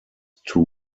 too